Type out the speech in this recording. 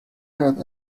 heard